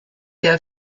der